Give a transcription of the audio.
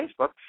Facebook